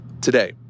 today